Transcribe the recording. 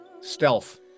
stealth